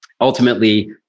ultimately